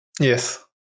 yes